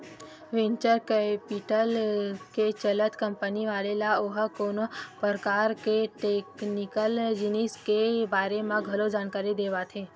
venture capital के चलत company वाले ल ओहा कोनो परकार के टेक्निकल जिनिस के बारे म घलो जानकारी देवाथे